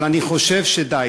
אבל אני חושב שדי,